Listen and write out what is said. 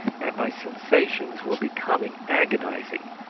and my sensations were becoming agonising,